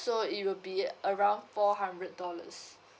so it will be around four hundred dollars